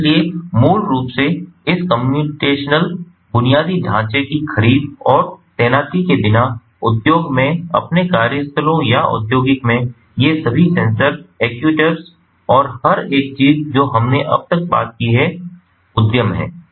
और इसलिए मूल रूप से इस कम्प्यूटेशनल बुनियादी ढांचे की खरीद और तैनाती के बिना उद्योग में अपने कार्यस्थलों या औद्योगिक में ये सभी सेंसर एक्ट्यूएटर्स और हर एक चीज जो हमने अब तक बात की है उद्यम है